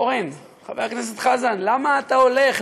אורן, חבר הכנסת חזן, למה אתה הולך?